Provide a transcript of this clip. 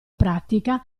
pratica